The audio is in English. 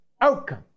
outcome